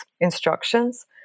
instructions